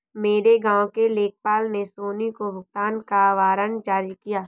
मेरे गांव के लेखपाल ने सोनी को भुगतान का वारंट जारी किया